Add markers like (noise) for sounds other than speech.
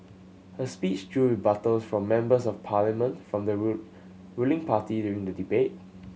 her speech drew rebuttals from Members of Parliament from the (unintelligible) ruling party during the debate